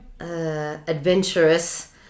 Adventurous